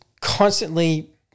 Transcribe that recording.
constantly